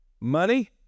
Money